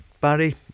Barry